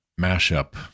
mashup